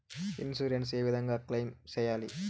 Insurance ఏ విధంగా claim సేయాలి?